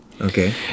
okay